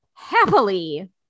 Happily